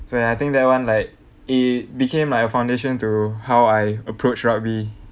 so ya I think that one like it became like a foundation to how I approach rugby